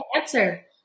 answer